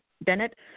bennett